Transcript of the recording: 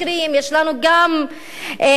יש לנו גם ראיות,